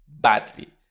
badly